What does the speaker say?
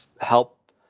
help